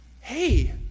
Hey